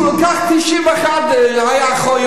שהיא לקחה 91 אחיות,